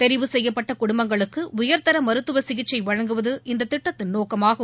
தெரிவு செய்யப்பட்ட குடும்பங்களுக்கு உயர்தர மருத்துவ சிகிச்சை வழங்குவது இத்திட்டத்தின் நோக்கமாகும்